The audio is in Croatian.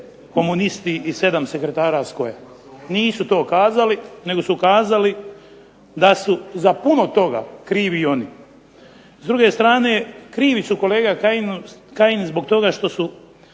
komunisti i sedam sekretara …/Ne razumije se./… Nisu to kazali, nego su kazali da su za puno toga krivi i oni. S druge strane krivi su kolege Kajin zbog toga što su